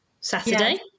Saturday